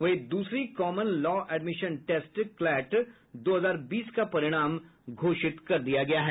वहीं दूसरी common law admission test CLAT दो हजार बीस का परिणाम घोषित हो गया है